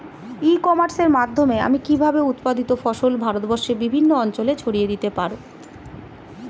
ই কমার্সের মাধ্যমে আমি কিভাবে উৎপাদিত ফসল ভারতবর্ষে বিভিন্ন অঞ্চলে ছড়িয়ে দিতে পারো?